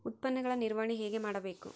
ಉತ್ಪನ್ನಗಳ ನಿರ್ವಹಣೆ ಹೇಗೆ ಮಾಡಬೇಕು?